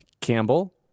campbell